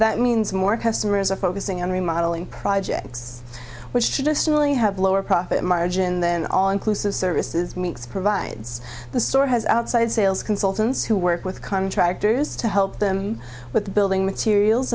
that means more customers are focusing on remodelling projects which traditionally have lower profit margin than all inclusive services means provides the store has outside sales consultants who work with contractors to help them with the building materials